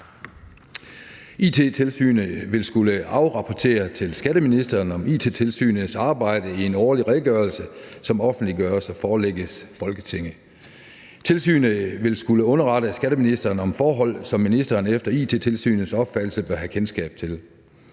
It-tilsynet vil skulle afrapportere til skatteministeren om It-tilsynets arbejde i en årlig redegørelse, som offentliggøres og forelægges Folketinget. It-tilsynet vil skulle underrette skatteministeren om forhold, som ministeren efter It-tilsynets opfattelse bør have kendskab til.